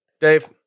Dave